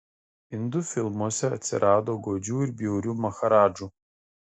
indų filmuose atsirado godžių ir bjaurių maharadžų